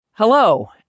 Hello